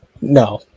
No